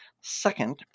second